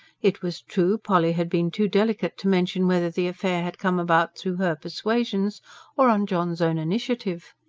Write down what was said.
it was true, polly had been too delicate to mention whether the affair had come about through her persuasions or on john's own initiative.